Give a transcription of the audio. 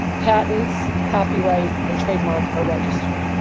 patents, copyright, and trademark are registered.